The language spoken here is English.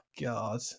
God